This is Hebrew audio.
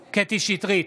שטרית,